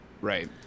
Right